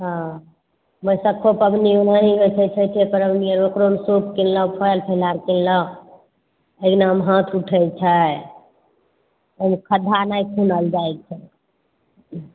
हॅं बैशखो पाबनि छठो पाबनि ओकरोमे सूप किनलहुॅं फल फलहार किनलहुॅं अङ्गनामे हाथ उठै छै ओहिमे खद्धा नहि खुनल जाइ छै